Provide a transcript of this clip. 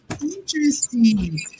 Interesting